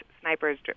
snipers